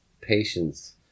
patience